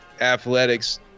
athletics